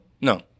No